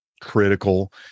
critical